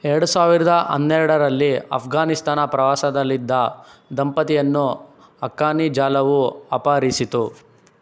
ಎರಡು ಸಾವಿರದ ಹನ್ನೆರಡರಲ್ಲಿ ಅಫ್ಘಾನಿಸ್ತಾನ ಪ್ರವಾಸದಲ್ಲಿದ್ದ ದಂಪತಿಯನ್ನು ಹಕ್ಕಾನಿ ಜಾಲವು ಅಪಹರಿಸಿತು